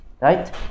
right